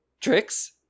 Tricks